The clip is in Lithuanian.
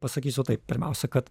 pasakysiu taip pirmiausia kad